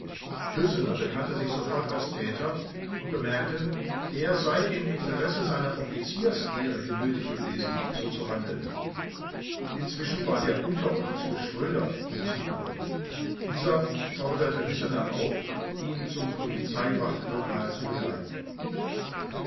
hüssener bekannte sich sofort als täter und bemerkte er sei im interesse seiner offiziersehre genötigt gewesen so zu handeln inzwischen war der unteroffizier schröder hinzugekommen dieser forderte hüssener auf ihn zum polizei wachtlokal zu begleiten